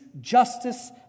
justice